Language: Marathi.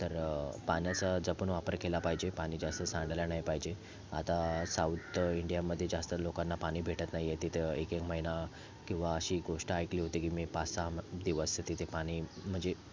तर पाण्याचा जपून वापर केला पाहिजे पाणी जास्त सांडायला नाही पाहिजे आता साऊत इंडियामध्ये जास्त लोकांना पाणी भेटत नाही आहे तिथं एकेक महिना किंवा अशी गोष्ट ऐकली होती की मी पाचसहा दिवस तिथे पाणी म्हणजे